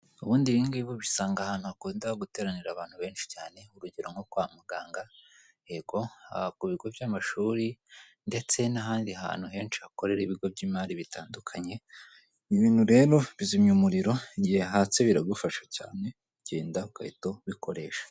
Ubundi ibingibi ubisanga ahantu hakunda guteranira abantu benshi cyane. Urugero nko kwa muganga, yego, ku bigo by'amashuri ndetse n'ahandi hantu henshi hakorera ibigo by'imari bitandukanye. Ibi bintu rero bizimya umuriro, igihe hatse biragufasha cyane ugenda ugahita ubikoresha.